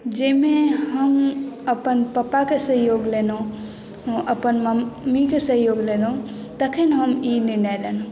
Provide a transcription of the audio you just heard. जाहिमे हम अपन पापाके सहयोग लेलहुँ अपन मम्मीके सहयोग लेलहुँ तखन हम ई निर्णय लेलहुँ